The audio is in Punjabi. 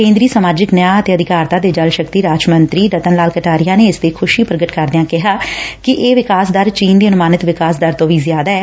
ਕੇਦਰੀ ਸਮਾਜਿਕ ਨਿਆਂ ਅਤੇ ਅਧਿਕਾਰਤਾ ਤੇ ਜਲ ਸ਼ਕਤੀ ਰਾਜ ਮੰਤਰੀ ਰਤਨ ਲਾਲ ਕਟਾਰੀਆ ਨੇ ਇਸ ਤੇ ਖੁਸ਼ੀ ਪੁਗਟ ਕਰਦਿਆ ਕਿਹਾ ਕਿ ਇਹ ਵਿਕਾਸ ਦਰ ਚੀਨ ਦੀ ਅਨੁਮਾਨਿਤ ਵਿਕਾਸ ਦਰ ਤੋ ਵੀ ਜ਼ਿਆਦਾ ਐ